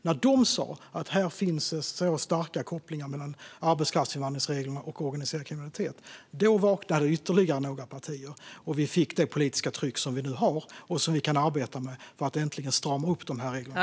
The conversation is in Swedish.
När de sa att det fanns starka kopplingar mellan arbetskraftsinvandringsreglerna och organiserad kriminalitet vaknade ytterligare några partier, och vi fick det politiska tryck som vi nu har och som vi kan arbeta med för att äntligen strama upp de här reglerna.